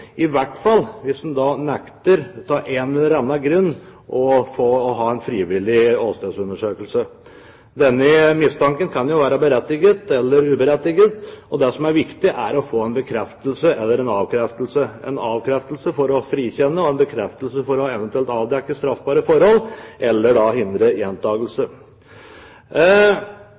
i hvert fall hvis en av en eller annen grunn nekter å ha en frivillig åstedsundersøkelse. Denne mistanken kan jo være berettiget eller uberettiget. Det som er viktig, er å få en bekreftelse eller en avkreftelse – en avkreftelse for å frikjenne, og en bekreftelse for eventuelt å avdekke straffbare forhold eller hindre